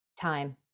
time